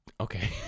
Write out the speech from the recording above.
Okay